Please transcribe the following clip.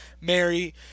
Mary